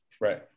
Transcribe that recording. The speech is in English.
Right